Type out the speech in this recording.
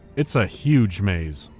it's a huge maze.